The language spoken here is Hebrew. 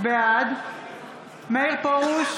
בעד מאיר פרוש,